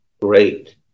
Great